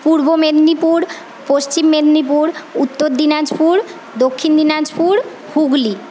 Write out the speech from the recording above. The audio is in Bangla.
পূর্ব মেদনীপুর পশ্চিম মেদনীপুর উত্তর দিনাজপুর দক্ষিণ দিনাজপুর হুগলি